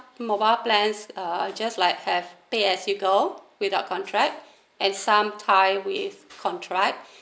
mobile plans uh just like have pay at single without contract and some tie with contract